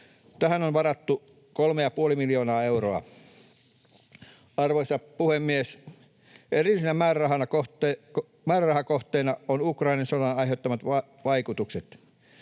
Tähän on varattu 3,5 miljoonaa euroa. Arvoisa puhemies! Erillisenä määrärahakohteena ovat Ukrainan sodan aiheuttamat vaikutukset,